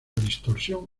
distorsión